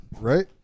Right